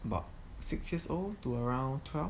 about six years old to around twelve